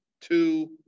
two